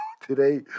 today